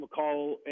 McCall